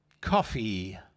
coffee